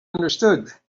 understood